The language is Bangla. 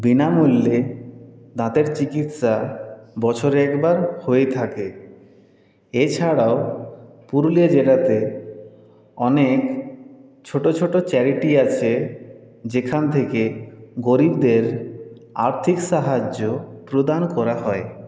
বিনামূল্যে দাঁতের চিকিৎসা বছরে একবার হয়ে থাকে এছাড়াও পুরুলিয়া জেলাতে অনেক ছোট ছোট চ্যারিটি আছে যেখান থেকে গরীবদের আর্থিক সাহায্য প্রদান করা হয়